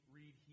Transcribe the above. read